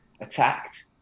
attacked